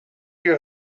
you